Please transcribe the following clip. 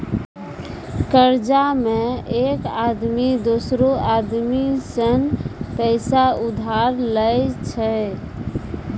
कर्जा मे एक आदमी दोसरो आदमी सं पैसा उधार लेय छै